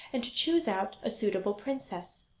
and to choose out a suitable princess.